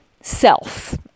self